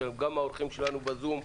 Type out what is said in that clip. גם האורחים שלנו ב"זום".